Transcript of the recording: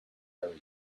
very